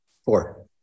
Four